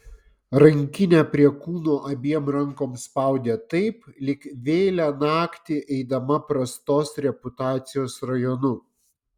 rankinę prie kūno abiem rankom spaudė taip lyg vėlią naktį eidama prastos reputacijos rajonu